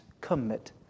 commit